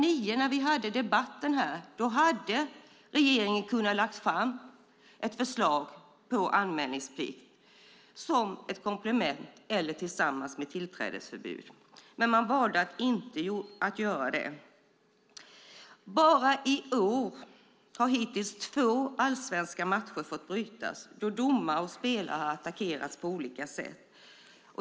I samband med debatten 2009 kunde regeringen ha lagt fram förslag på anmälningsplikt för att komplettera tillträdesförbudet, men man valde att inte göra det. Bara i år har hittills två allsvenska matcher fått brytas eftersom domare och spelare har attackerats på olika sätt.